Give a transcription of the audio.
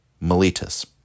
Miletus